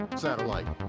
satellite